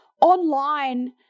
online